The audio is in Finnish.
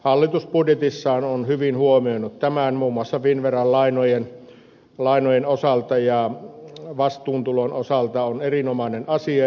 hallitus budjetissaan on hyvin huomioinut tämän muun muassa finnveran lainojen osalta joka vastaantulon osalta on erinomainen asia